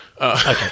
Okay